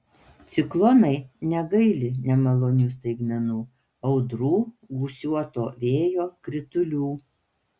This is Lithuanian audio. ciklonai negaili nemalonių staigmenų audrų gūsiuoto vėjo kritulių